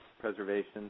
preservation